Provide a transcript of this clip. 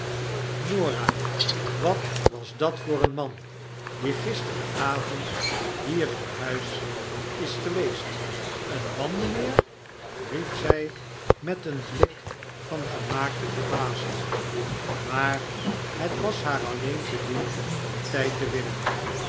wat was dat voor een man die gisterenavond hier in huis is geweest een man mynheer riep zy met een blik van gemaakte verbazing maar het was haar alleen te doen om tyd te winnen